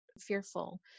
fearful